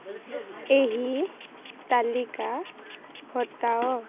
ଏହି ତାଲିକା ହଟାଅ